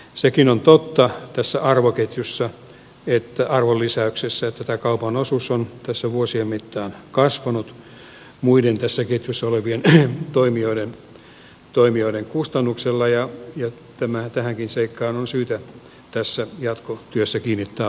sekin on totta tässä arvoketjussa arvonlisäyksessä että kaupan osuus on tässä vuosien mittaan kasvanut muiden tässä ketjussa olevien toimijoiden kustannuksella ja tähänkin seikkaan on syytä tässä jatkotyössä kiinnittää huomiota